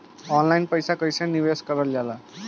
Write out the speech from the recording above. Online पईसा कईसे निवेश करल जाला?